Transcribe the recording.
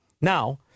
now